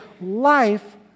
life